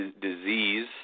Disease